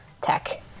tech